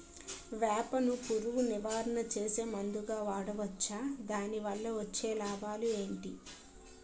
వేప ను పురుగు నివారణ చేసే మందుగా వాడవచ్చా? దాని వల్ల వచ్చే లాభాలు ఏంటి?